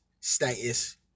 status